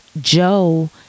Joe